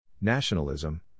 nationalism